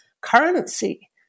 currency